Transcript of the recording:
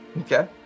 Okay